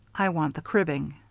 i want the cribbing.